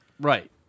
Right